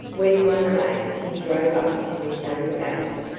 when one day he drove up to his own gate,